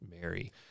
Mary